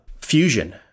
fusion